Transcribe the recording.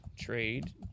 trade